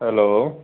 hello